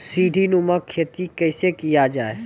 सीडीनुमा खेती कैसे किया जाय?